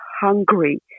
hungry